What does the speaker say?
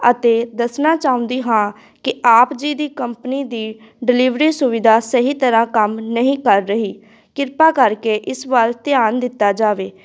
ਅਤੇ ਦੱਸਣਾ ਚਾਹੁੰਦੀ ਹਾਂ ਕਿ ਆਪ ਜੀ ਦੀ ਕੰਪਨੀ ਦੀ ਡਿਲੀਵਰੀ ਸੁਵਿਧਾ ਸਹੀ ਤਰ੍ਹਾਂ ਕੰਮ ਨਹੀਂ ਕਰ ਰਹੀ ਕਿਰਪਾ ਕਰਕੇ ਇਸ ਵੱਲ ਧਿਆਨ ਦਿੱਤਾ ਜਾਵੇ